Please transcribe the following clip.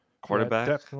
Quarterback